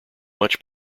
much